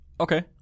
Okay